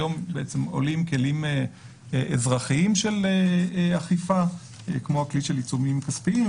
והיום עולים כלים אזרחיים של אכיפה כמו הכלי של עיצומים כספיים,